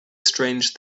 strange